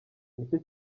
nicyo